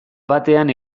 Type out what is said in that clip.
batean